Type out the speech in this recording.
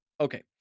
okay